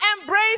embrace